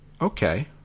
okay